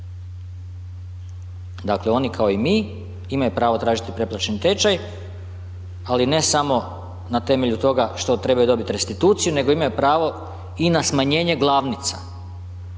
Dakle, oni kao i mi imaju pravo tražiti preplaćeni tečaj, ali ne samo na temelju toga što trebaju dobiti restituciju nego imaju pravo i na smanjenje glavnica.